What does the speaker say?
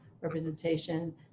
representation